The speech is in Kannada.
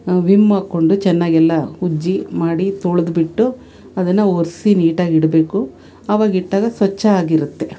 ವಿಮ್ ಹಾಕ್ಕೊಂಡು ಚೆನ್ನಾಗೆಲ್ಲ ಉಜ್ಜಿ ಮಾಡಿ ತೊಳೆದ್ಬಿಟ್ಟು ಅದನ್ನು ಒರೆಸಿ ನೀಟಾಗಿಡಬೇಕು ಅವಾಗ ಇಟ್ಟಾಗ ಸ್ವಚ್ಛ ಆಗಿರುತ್ತೆ